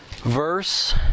verse